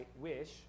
wish